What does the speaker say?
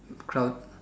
crowd